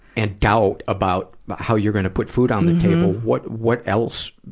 and doubt about how you're gonna put food on the table, what, what else,